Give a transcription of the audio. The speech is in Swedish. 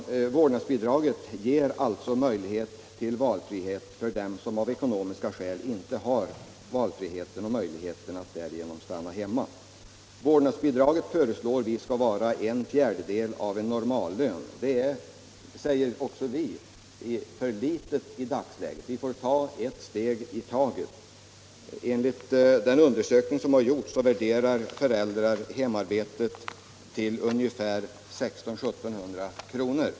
Vårdnadsbidraget ger möjlighet till valfrihet för dem som av ekonomiska skäl annars inte kan stanna hemma. Vårdnadsbidraget föreslås uppgå till en fjärdedel av en normallön. Det anser också vi vara för litet i dagsläget, men man får ta ett steg i taget. Enligt den undersökning som gjorts värderar föräldrar hemarbetet till ungefär 1600 å 1 700 kr. i månaden.